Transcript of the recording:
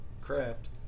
craft